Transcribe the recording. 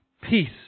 Peace